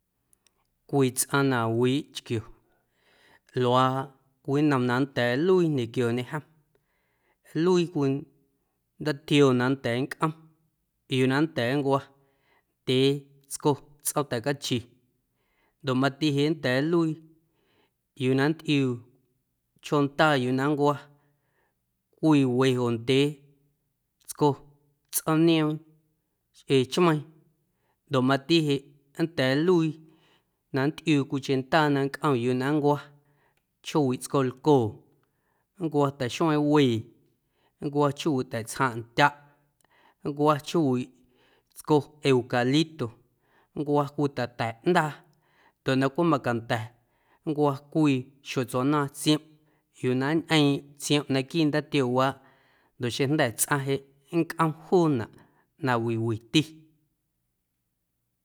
Cwii tsꞌaⁿ na wiiꞌ chquio luaa cwii nnom na nnda̱a̱ nluii ñequioñe jom nluii cwii ndaatioo na nnda̱a̱ nncꞌom yuu na nnda̱a̱ nncwa ndyee tsco tsꞌoom ta̱cachi ndoꞌ mati nnda̱a̱ nluii yuu na nntꞌiuu chjoo ndaa yuu na nncwa cwii wee oo ndyee tsco tsꞌoomnioom xꞌee chmeiiⁿ ndoꞌ mati jeꞌ nnda̱a̱ nluii na nntꞌiuu cwiicheⁿ ndaa na nncꞌom yuu na nncwa chjoowiꞌ tscolcoo, nncwo ta̱xueeⁿ wee, nncwo chjoowiꞌ ta̱tsjaⁿꞌndyaꞌ nncwo chjoowiꞌ tsco eucalipto nncwa cwii ta̱ta̱ ꞌndaa ndoꞌ na cwimacanda̱ nncwo cwii xjotsuaꞌnaaⁿ tsiomꞌ yuu na nñꞌeeⁿꞌ tsiomꞌ naquiiꞌ ndaatioowaaꞌ ndoꞌ xeⁿjnda̱ tsꞌaⁿ jeꞌ nncꞌom juunaꞌ na wi witi.